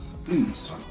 Please